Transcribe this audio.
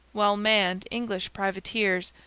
well-manned english privateers,